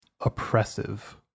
oppressive